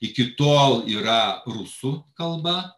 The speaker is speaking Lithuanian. iki tol yra rusų kalba